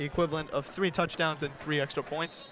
the equivalent of three touchdowns and three extra points